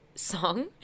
Song